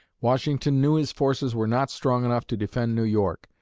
washington knew his forces were not strong enough to defend new york.